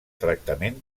tractament